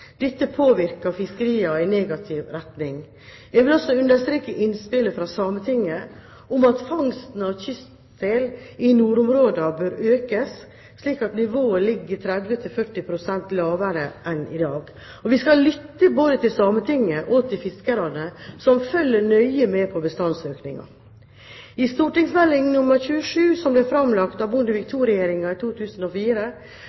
Dette påvirker fiskeriet i negativ retning. Jeg vil også understreke innspillet fra Sametinget om at fangsten av kystsel i nordområdene bør økes, slik at nivået ligger 30–40 pst. lavere enn i dag. Vi skal lytte både til Sametinget og til fiskerne, som følger nøye med på bestandsøkningen. I St.meld. nr. 27 for 2003–2004, som ble framlagt av Bondevik